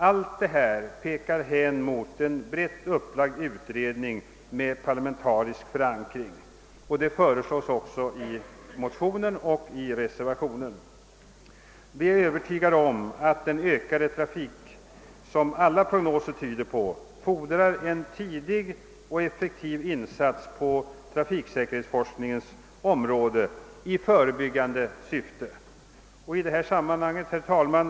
Allt detta pekar hän mot en brett upplagd utredning med parlamentarisk förankring, och detta föreslås också i motionen och i reservationen 2a. Vi är övertygade om att den ökade trafik, som alla prognoser tyder på att vi kommer att få, fordrar en tidig och effektiv insats på trafiksäkerhetsforskningens område i förebyggande syfte. Herr talman!